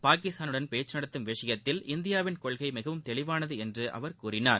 பாகிஸ்தானுடன் பேச்சு நடத்தும் விஷயத்தில் இந்தியாவின் கொள்கை மிகவும் தெளிவானது என்று அவர் கூறினார்